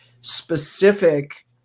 specific